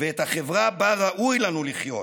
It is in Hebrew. ואת החברה שבה ראוי לנו לחיות,